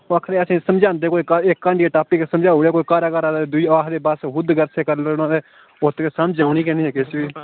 ओह् आखा दे असेंगी समझंदे गै नि कुदै इक हंडियै टापिक समझाऊ उड़ेआ कोई करै करै ते आखदे बस खुद घर से कर लैना ते समझ औनी गै नि किश बी